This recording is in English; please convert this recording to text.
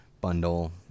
bundle